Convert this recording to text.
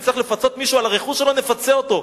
אם צריך לפצות מישהו על הרכוש שלו, נפצה אותו.